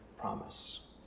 promise